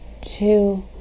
two